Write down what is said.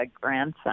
grandson